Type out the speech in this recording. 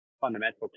fundamental